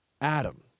Adam